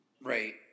Right